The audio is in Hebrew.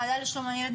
המועצה לשלום הילד,